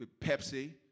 Pepsi